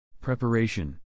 Preparation